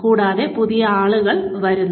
കൂടാതെ പുതിയ ആളുകൾ വരുന്നു